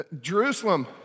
Jerusalem